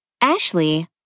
Ashley